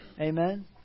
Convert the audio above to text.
Amen